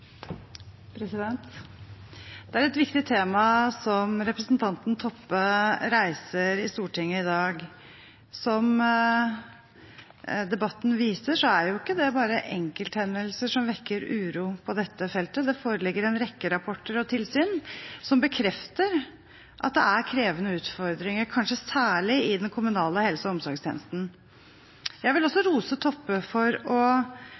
dem. Det er et viktig tema som representanten Toppe reiser i Stortinget i dag. Som debatten viser, er det ikke bare enkelthendelser som vekker uro på dette feltet. Det foreligger en rekke rapporter og tilsyn som bekrefter at det er krevende utfordringer, kanskje særlig i den kommunale helse- og omsorgstjenesten. Jeg vil også rose representanten Toppe for å